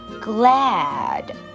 glad